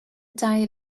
diet